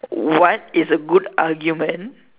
what is a good argument